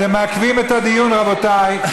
אתם מעכבים את הדיון, רבותיי.